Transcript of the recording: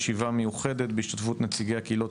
ישיבה מיוחדת בהשתתפות נציגי הקהילות